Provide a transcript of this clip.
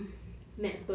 excited aku